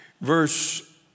verse